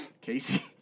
Casey